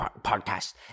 podcast